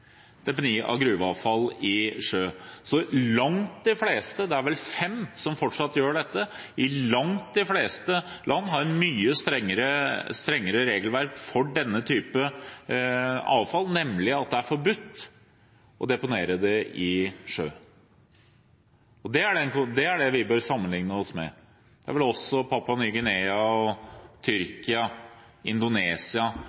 deponi av gruveavfall i sjø. Det er vel fem land som fortsatt gjør dette, så langt de fleste har et mye strengere regelverk for denne type avfall, nemlig at det er forbudt å deponere det i sjø. Det er det vi bør sammenligne oss med. Det er vel også Papua Ny Guinea og Tyrkia, Indonesia